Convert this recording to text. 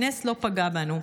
בנס לא פגע בנו.